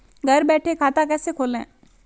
घर बैठे खाता कैसे खोलें?